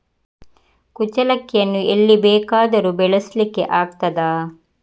ಕುಚ್ಚಲಕ್ಕಿಯನ್ನು ಎಲ್ಲಿ ಬೇಕಾದರೂ ಬೆಳೆಸ್ಲಿಕ್ಕೆ ಆಗ್ತದ?